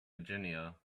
virginia